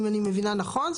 אם אני מבינה נכון,